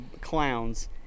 clowns